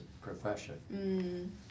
profession